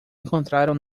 encontraram